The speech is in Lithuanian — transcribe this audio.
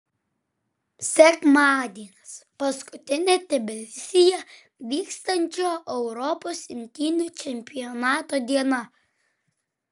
sekmadienis paskutinė tbilisyje vykstančio europos imtynių čempionato diena